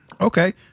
Okay